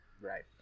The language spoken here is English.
Right